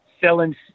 selling